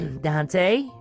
Dante